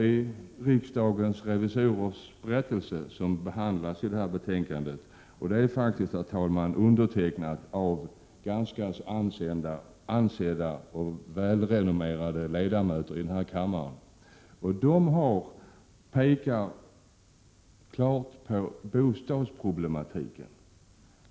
I riksdagens revisorers berättelse, som behandlas i det föreliggande betänkandet och som är undertecknad av ansedda och välrenommerade ledamöter av denna kammare, pekas klart på bostadsproblematiken.